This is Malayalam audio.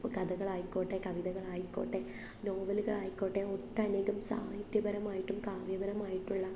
അപ്പോള് കഥകളായിക്കോട്ടെ കവിതകളായിക്കോട്ടെ നോവലുകളായിക്കോട്ടെ ഒട്ടനേകം സാഹിത്യപരമായിട്ടും കാവ്യപരമായിട്ടുള്ള